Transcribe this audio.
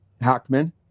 Hackman